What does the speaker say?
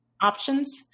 options